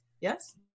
Yes